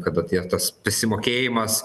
kada tie tas prisimokėjimas